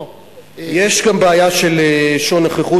יש גם בעיה של שעון נוכחות.